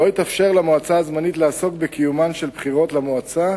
לא התאפשר למועצה הזמנית לעסוק בקיומן של בחירות למועצה,